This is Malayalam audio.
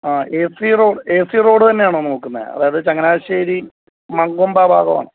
ആ A C road A C road തന്നെയാണോ നോക്കുന്നത് അതായത് ചങ്ങനാശ്ശേരി മങ്കൊമ്പ് ആ ഭാഗമാണോ